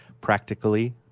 practically